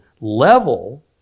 level